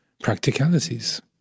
practicalities